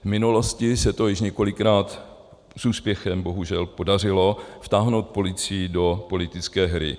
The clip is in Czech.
V minulosti se už několikrát s úspěchem bohužel podařilo vtáhnout policii do politické hry.